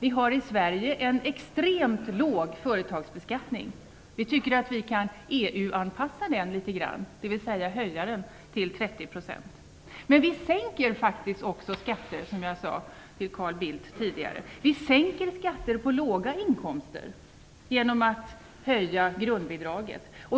I Sverige har vi en extremt låg företagsbeskattning. Vi tycker att vi kan EU-anpassa den litet grand, dvs. höja den till 30 %. Men vi sänker faktiskt också skatter, som jag sade till Carl Bildt tidigare. Vi sänker skatter på låga inkomster genom att höja grundbidraget.